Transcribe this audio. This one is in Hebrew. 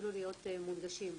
ולהתמקם בצורה נגישה.